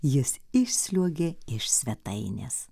jis išsliuogė iš svetainės